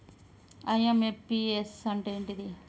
IMPS అంటే ఏంటిది?